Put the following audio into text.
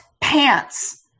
pants